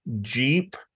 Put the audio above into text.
Jeep